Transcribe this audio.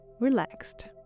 relaxed